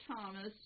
Thomas